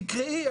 תקראי,